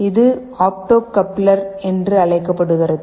இது opto coupler என்று அழைக்கப்படுகிறது